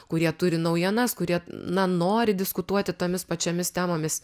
kurie turi naujienas kurie na nori diskutuoti tomis pačiomis temomis